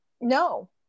No